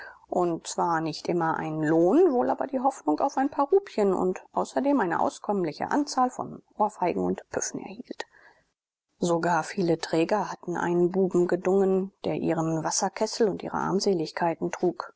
und zwar nicht immer einen lohn wohl aber die hoffnung auf ein paar rupien und außerdem eine auskömmliche anzahl von ohrfeigen und püffen erhielt sogar viele träger hatten einen buben gedungen der ihren wasserkessel und ihre armseligkeiten trug